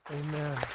Amen